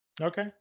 Okay